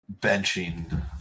benching